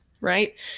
right